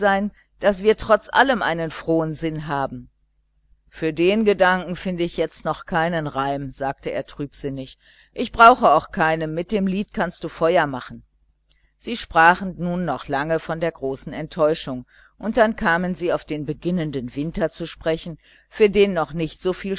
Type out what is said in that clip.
daß wir trotz allem einen frohen sinn behalten für den gedanken finde ich jetzt noch keinen reim sagte er trübselig ich brauche auch keinen mit dem lied kannst du feuer machen sie sprachen noch lange von der großen enttäuschung und dann kamen sie auf den beginnenden winter zu sprechen für den noch nicht so viel